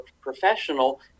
professional